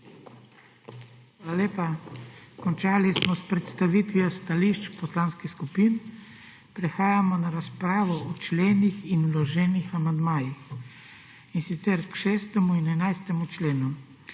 Hvala lepa. Končali smo s predstavitvijo stališč poslanskih skupin. Prehajamo na razpravo o členih in vloženih amandmajih, in sicer k 6. in 11. členu.